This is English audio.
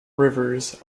rivers